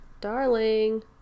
darling